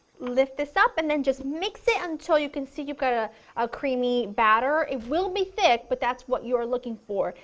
lift this up and then just mix it until you can see you've got a ah creamy batter and it will be thick but that's what you're looking for.